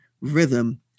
rhythm